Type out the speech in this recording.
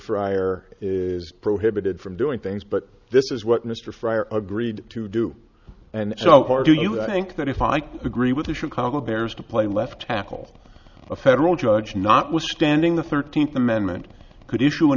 fryer is prohibited from doing things but this is what mr fryer agreed to do and so far do you think that if i agree with the chicago bears to play left tackle a federal judge notwithstanding the thirteenth amendment could issue an